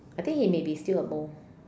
I think he maybe still a mole